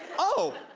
oh.